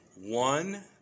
one